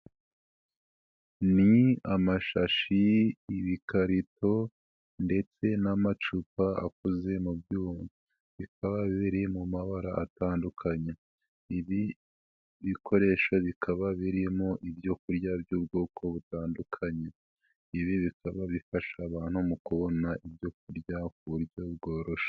Ni amashashi y'ibikarito ndetse n'amacupa akoze mu byuma bikaba biri mu mabara atandukanye, ibi bikoresho bikaba birimo ibyo kurya by'ubwoko butandukanye, ibi bikaba bifasha abantu mu kubona ibyo kurya ku buryo bworoshye.